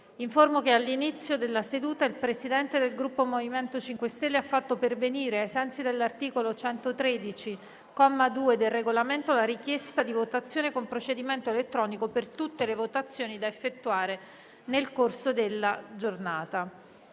che all'inizio della seduta il Presidente del Gruppo MoVimento 5 Stelle ha fatto pervenire, ai sensi dell'articolo 113, comma 2, del Regolamento, la richiesta di votazione con procedimento elettronico per tutte le votazioni da effettuare nel corso della seduta.